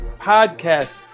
Podcast